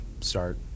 start